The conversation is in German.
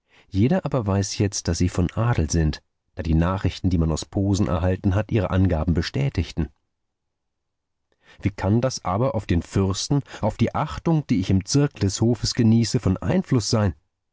jeder weiß aber jetzt daß sie von adel sind da die nachrichten die man aus posen erhalten hat ihre angaben bestätigten wie kann das aber auf den fürsten auf die achtung die ich im zirkel des hofes genieße von einfluß sein